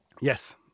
Yes